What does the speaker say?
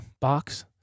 box